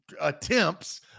attempts